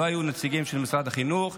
לא היו נציגים של משרד החינוך,